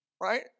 Right